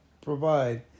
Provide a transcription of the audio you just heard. provide